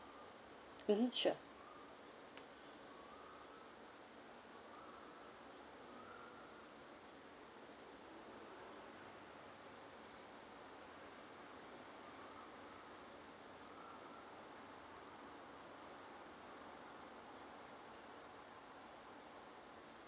mmhmm sure